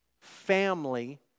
Family